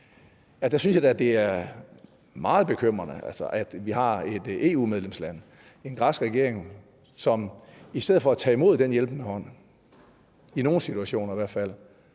med, at det er meget bekymrende, at vi har et EU-medlemsland, en græsk regering, som i stedet for at tage imod den hjælpende hånd i nogle situationer i hvert fald